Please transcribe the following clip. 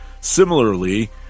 similarly